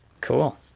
Cool